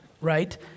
right